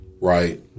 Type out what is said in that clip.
right